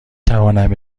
توانم